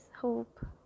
hope